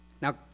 Now